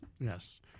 Yes